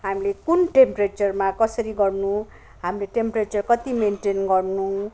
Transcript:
हामीले कुन टेमप्रेचरमा कसरी गर्नु हो हामीले टेम्परेचर कति मेनटेन गर्नु